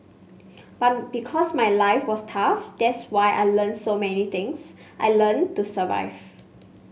but because my life was tough that's why I learnt so many things I learnt to survive